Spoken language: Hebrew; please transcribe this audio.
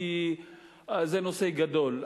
כי זה נושא גדול.